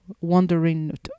wandering